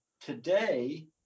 today